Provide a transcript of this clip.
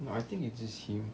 no I think it's just him